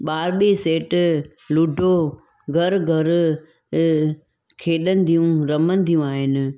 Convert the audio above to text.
Barbie set ludo घर घर खेॾदियूं रमंदियूं आहिनि